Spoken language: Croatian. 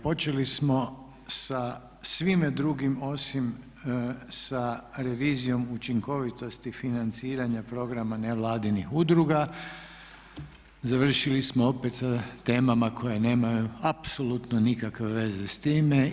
Počeli smo sa svime drugim osim sa revizijom učinkovitosti financiranja programa nevladinih udruga, završili smo opet sa temama koje nemaju apsolutne veze sa time.